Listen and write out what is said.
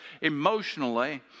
emotionally